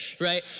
Right